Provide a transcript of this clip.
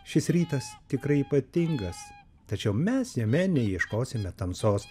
šis rytas tikrai ypatingas tačiau mes jame neieškosime tamsos